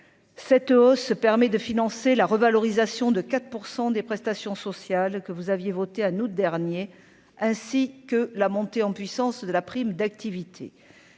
cette hausse se permet de financer la revalorisation de 4 % des prestations sociales que vous aviez voté à nous dernier ainsi que la montée en puissance de la prime d'activité